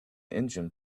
engine